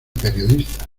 periodistas